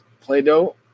play-doh